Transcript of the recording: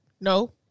No